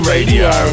Radio